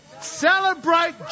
celebrate